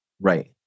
Right